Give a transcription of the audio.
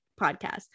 podcast